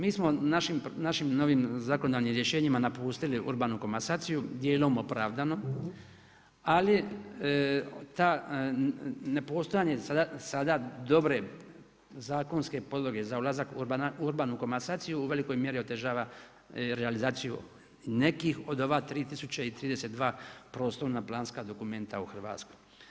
Mi smo našim novim zakonodavnim rješenjima napustili urbanu komasaciju dijelom opravdano ali ta nepostojanje sada dobre zakonske podloge za ulazak u urbanu komasaciju u velikoj mjeri otežava i realizaciju nekih od ova 3032 prostorna planska dokumenta u Hrvatskoj.